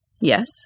Yes